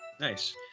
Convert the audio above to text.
Nice